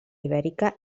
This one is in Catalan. ibèrica